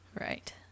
Right